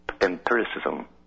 empiricism